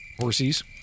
horses